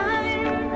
Time